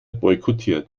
boykottiert